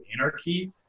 anarchy